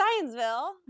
Scienceville